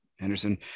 Anderson